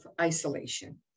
isolation